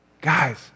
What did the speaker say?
guys